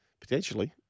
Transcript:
Potentially